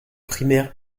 primaires